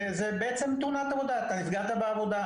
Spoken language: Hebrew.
זה בעצם תאונת עבודה, נפגעת בעבודה.